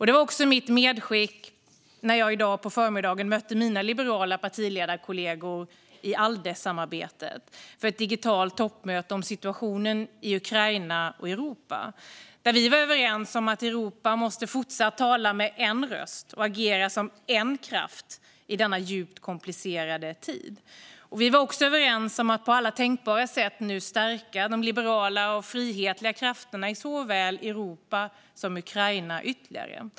Det var också mitt medskick när jag i dag på förmiddagen mötte mina liberala partiledarkollegor i Alde-samarbetet för ett digitalt toppmöte om situationen i Ukraina och Europa. Vi var överens om att Europa fortsatt måste tala med en röst och agera som en kraft i denna djupt komplicerade tid. Vi var också överens om att på alla tänkbara sätt nu stärka de liberala och frihetliga krafterna i såväl Europa som Ukraina ytterligare.